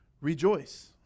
rejoice